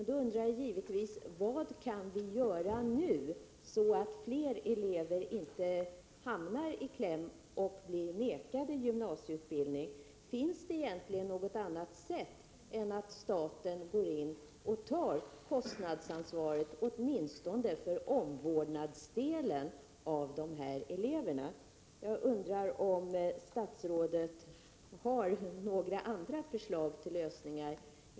Då undrar jag givetvis vad man kan göra nu, så att fler elever inte hamnar i kläm och blir nekade gymnasieutbildning. Finns det egentligen något annat sätta än att staten går in och tar kostnadsansvaret, åtminstone när det gäller omvårdnadsdelen, för de här eleverna? Jag undrar om statsrådet har några andra förslag till lösningar.